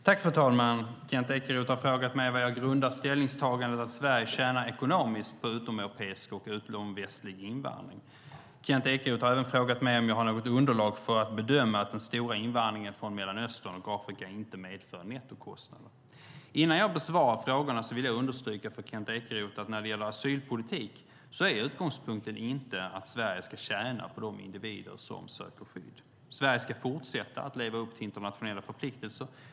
Fru talman! Kent Ekeroth har frågat mig vad jag grundar ställningstagandet att Sverige tjänar ekonomiskt på utomeuropeisk och utomvästlig invandring på. Kent Ekeroth har även frågat mig om jag har något underlag för att bedöma att den stora invandringen från Mellanöstern och Afrika inte medför nettokostnader. Innan jag besvarar frågorna vill jag understryka för Kent Ekeroth att när det gäller asylpolitik är utgångspunkten inte att Sverige ska tjäna på de individer som söker skydd. Sverige ska fortsätta att leva upp till internationella förpliktelser.